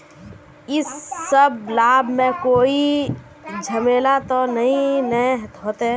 इ सब लाभ में कोई झमेला ते नय ने होते?